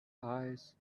eyes